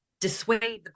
dissuade